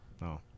No